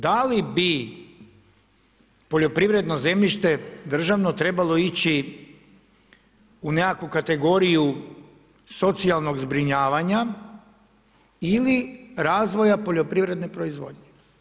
Da li bi poljoprivredno zemljište državno trebalo ići u nekakvu kategoriju socijalnog zbrinjavanja ili razvoja poljoprivredne proizvodnje.